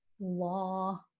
law